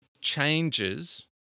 changes